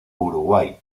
uruguay